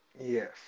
Yes